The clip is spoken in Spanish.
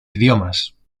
idiomas